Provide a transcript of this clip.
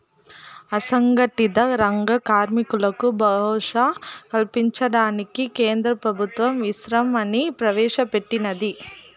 అసంగటిత రంగ కార్మికులకు భరోసా కల్పించడానికి కేంద్ర ప్రభుత్వం ఈశ్రమ్ ని ప్రవేశ పెట్టినాది